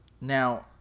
Now